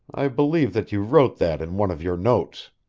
i believe that you wrote that in one of your notes.